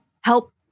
help